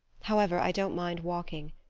however, i don't mind walking.